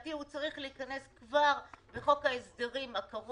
לדעתי הוא צריך להיכנס כבר לחוק ההסדרים הקרוב,